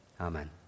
Amen